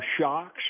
shocks